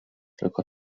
tylko